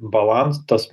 balans tas